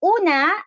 Una